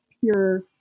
pure